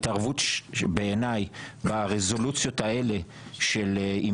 בעיניי ההתערבות ברזולוציות האלה של אם